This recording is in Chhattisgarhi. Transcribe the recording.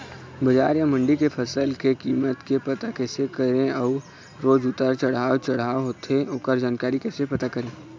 बजार या मंडी के फसल के कीमत के पता कैसे करें अऊ रोज उतर चढ़व चढ़व होथे ओकर जानकारी कैसे पता करें?